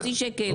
בחצי שקלים?